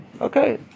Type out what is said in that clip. okay